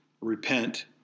repent